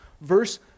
verse